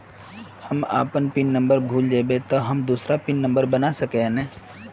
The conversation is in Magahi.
हम अपन पिन नंबर भूल जयबे ते हम दूसरा पिन नंबर बना सके है नय?